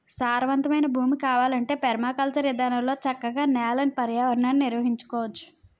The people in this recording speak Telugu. సారవంతమైన భూమి కావాలంటే పెర్మాకల్చర్ ఇదానంలో చక్కగా నేలని, పర్యావరణాన్ని నిర్వహించుకోవచ్చు